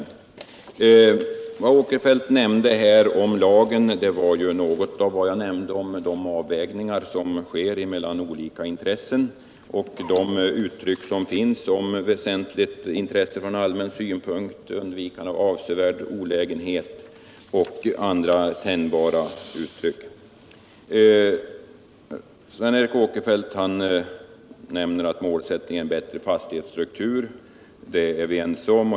Sven Eric Åkerfeldt nämnde en del om lagen som även jag talade om: de avvägningar som sker mellan olika intressen och de uttryck som finns om väsentligt intresse från allmän synpunkt, undvikande av avsevärd olägenhet och andra tänjbara uttryck. Sven Eric Åkerfeldt nämnde målsättningen bättre fastighetsstruktur. Det är vi ense om.